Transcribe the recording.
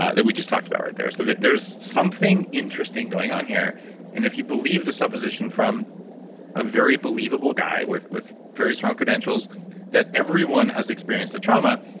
ah that we just talked about right there. so, there's something interesting going on here and if you believe the supposition from a very believable guy with with very strong credentials that everyone has experienced a trauma,